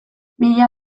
mila